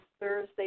Thursday